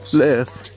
left